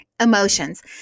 Emotions